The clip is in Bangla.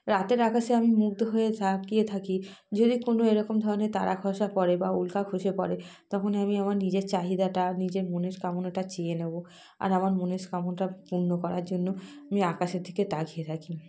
রাতের আকাশে আমি মুগ্ধ হয়ে তাকিয়ে থাকি যদি কোনো এরকম ধরনের তারা খসা পড়ে বা উল্কা খসে পড়ে তখন আমি আমার নিজের চাহিদাটা নিজের মনস্কামনাটা চেয়ে নেব আর আমার মনস্কামনাটা পূর্ণ করার জন্য আমি আকাশের দিকে তাকিয়ে থাকি